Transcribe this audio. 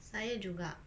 saya juga